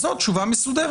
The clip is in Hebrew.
אז זאת תשובה מסודרת.